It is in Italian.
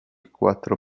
quattro